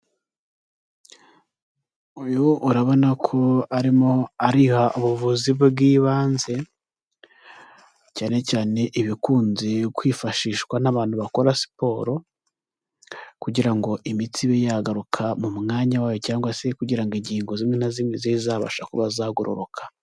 Uyu urabona ko arimo ariha ubuvuzi bw'ibanze, cyane cyane ibikunze kwifashishwa n'abantu bakora siporo, kugira ngo imitsi ibe yagaruka mu mwanya wayo, cyangwa se kugira ngo ingingo zimwe na zimwe zibe zabasha kuba zagororoka